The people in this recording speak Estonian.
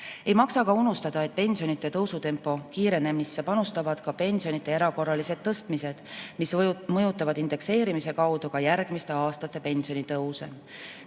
Ei maksa ka unustada, et pensionide tõusutempo kiirenemisse panustavad ka pensionide erakorralised tõstmised, mis mõjutavad indekseerimise kaudu ka järgmiste aastate pensionitõuse.